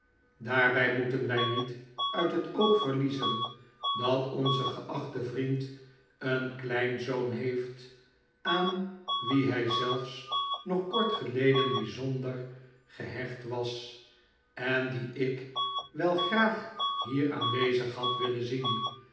daarbij moeten wij niet uit het oog verliezen dat onze geachte vriend een kleinzoon heeft aan wien hij zelfs nog kort geleden bijzonder gehecht was en dien ik wel graag hier aanwezig had willen zien